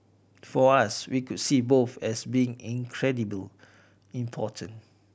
for us we would see both as being incredibly important